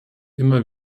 immer